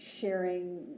sharing